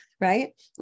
Right